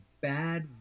bad